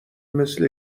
مثل